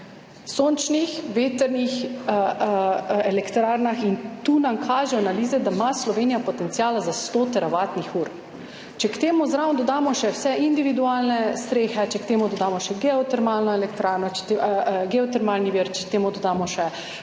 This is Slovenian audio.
sončnih, vetrnih elektrarnah in tu nam kažejo analize, da ima Slovenija potenciale za 100 teravatnih ur. Če k temu zraven dodamo še vse individualne strehe, če k temu dodamo še geotermalni vir, če k temu dodamo še